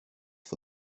for